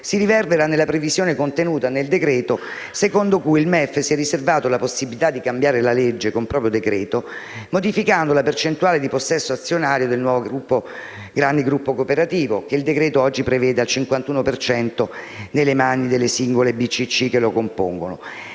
si riverbera nella previsione contenuta nel provvedimento secondo cui il MEF si è riservato la possibilità di cambiare la legge, con proprio decreto, modificando la percentuale di possesso azionario del nuovo grande gruppo cooperativo, che il decreto-legge oggi prevede al 51 per cento nelle mani delle singole BCC che lo compongono.